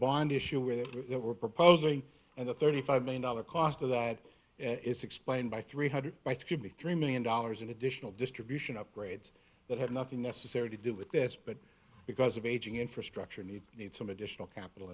bond issue where we're proposing and the thirty five million dollar cost of that and it's explained by three hundred bytes could be three million dollars in additional distribution upgrades that have nothing necessary to do with this but because of aging infrastructure and you need some additional capital